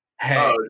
Hey